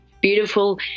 beautiful